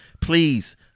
please